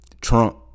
Trump